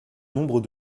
nombre